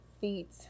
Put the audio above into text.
feet